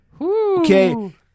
Okay